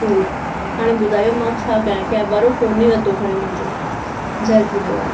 tour हाणे ॿुधायो मां छा कया कैब वारो फोन ई नथो खणे मुंहिंजो जय झूलेलाल